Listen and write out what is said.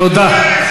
תודה.